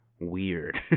weird